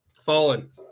Fallen